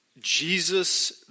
Jesus